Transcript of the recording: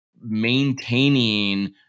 maintaining